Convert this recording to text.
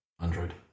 Android